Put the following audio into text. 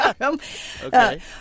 Okay